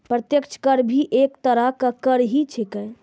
प्रत्यक्ष कर भी एक तरह के कर ही छेकै